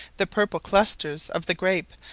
the purple clusters of the grape,